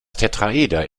tetraeder